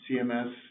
CMS